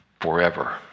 forever